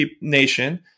nation